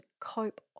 cope